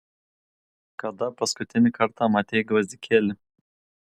kada paskutinį kartą matei gvazdikėlį